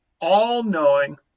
all-knowing